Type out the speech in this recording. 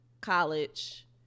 college